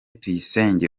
tuyisenge